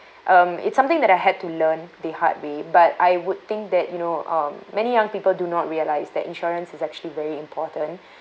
um it's something that I had to learn the hard way but I would think that you know um many young people do not realise that insurance is actually very important